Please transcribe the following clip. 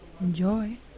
Enjoy